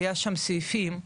היו סעיפים,